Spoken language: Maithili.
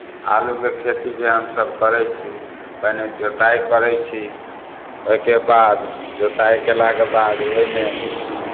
आलूके खेती जे हमसभ करै छी पहिने जोताइ करै छी ओहिके बाद जोताइ कयलाके बाद ओहिमे